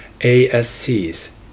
ASC's